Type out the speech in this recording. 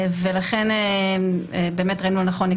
ולכן ראינו לנכון לקבוע את זה.